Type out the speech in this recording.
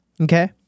Okay